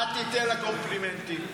אל תיתן לה קומפלימנטים.